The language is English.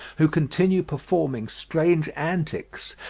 who continue performing strange antics,